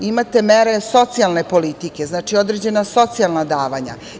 Imate mere socijalne politike, znači određena socijalna davanja.